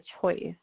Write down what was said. choice